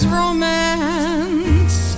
romance